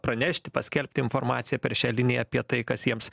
pranešti paskelbti informaciją per šią liniją apie tai kas jiems